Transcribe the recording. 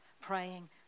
praying